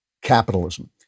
capitalism